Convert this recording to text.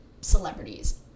Celebrities